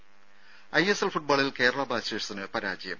ദേദ ഐഎസ്എൽ ഫുട്ബോളിൽ കേരള ബ്ലാസ്റ്റേഴ്സിന് പരാജയം